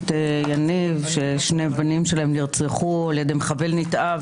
יניב ששני בניה נרצחו על ידי מחבל נתעב.